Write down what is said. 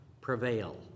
prevail